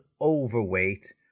overweight